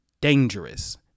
dangerous